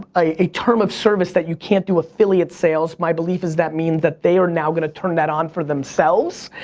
a term of service that you can't do affiliate sales. my belief is that means that they are now going to turn that on for themselves.